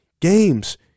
games